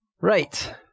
Right